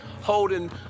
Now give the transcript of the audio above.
holding